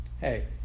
hey